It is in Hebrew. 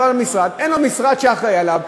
שאין לו משרד שאחראי לו,